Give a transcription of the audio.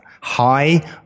high